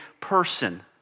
person